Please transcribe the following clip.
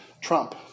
Trump